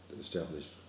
established